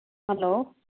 hello